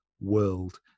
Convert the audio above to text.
world